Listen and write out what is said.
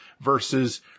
versus